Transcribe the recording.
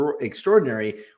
extraordinary